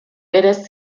berez